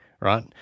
right